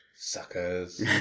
Suckers